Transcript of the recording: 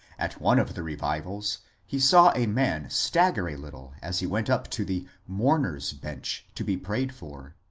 at one of the revivals he saw a man stagger a little as he went up to the mourner's bench to be prayed for.